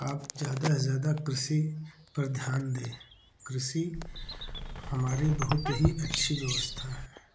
आप ज्यादा से ज्यादा कृषि पर ध्यान दें कृषि हमारी बहुत ही अच्छी व्यवस्था है